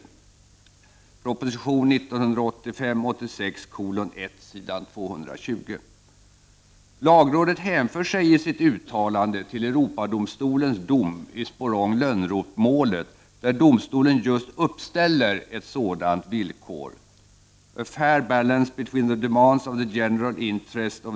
Lagrå 7 det hänför sig i sitt uttalande till Europadomstolens dom i Sporrongoch Lönnrothmålet där domstolen just uppställer ett sådant villkor .